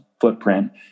footprint